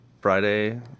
Friday